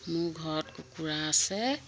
মোৰ ঘৰত কুকুৰা আছে